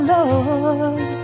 Lord